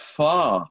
far